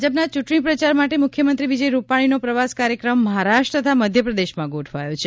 ભાજપના ચ્રંટણી પ્રચાર માટે મુખ્યમંત્રી વિજય રૂપાણીનો પ્રવાસ કાર્યક્રમ મહારાષ્ટ્ર તથા મધ્યપ્રદેશ માટે ગોઠવાયો છે